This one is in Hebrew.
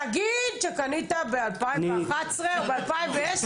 נגיד שקנית ב-2011 או ב-2010,